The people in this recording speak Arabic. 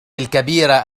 الكبيرة